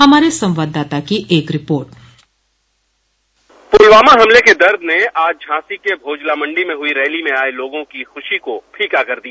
हमारे संवाददाता की एक रिपोर्ट पुलवामा हमले के दर्द ने आज झांसी के भोजला मंडी में हुई रैली में आये लोगों की खुशी को फीका कर दिया